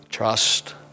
trust